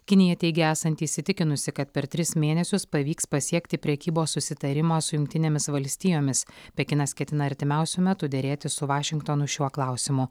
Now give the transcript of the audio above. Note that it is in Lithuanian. kinija teigia esanti įsitikinusi kad per tris mėnesius pavyks pasiekti prekybos susitarimą su jungtinėmis valstijomis pekinas ketina artimiausiu metu derėtis su vašingtonu šiuo klausimu